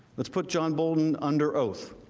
let's put john bolton under oath.